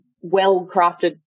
well-crafted